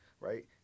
right